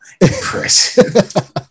Impressive